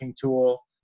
tool